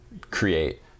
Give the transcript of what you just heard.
create